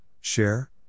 share